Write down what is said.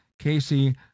Casey